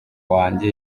wanjye